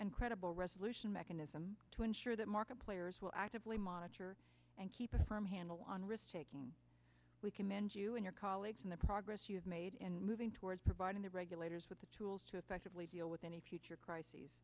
and credible resolution mechanism to ensure that market players will actively monitor and keeping firm handle on risk taking we commend you and your colleagues in the progress you have made in moving towards providing the regulators with the tools to effectively deal with any future crises